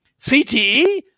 CTE